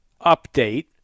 update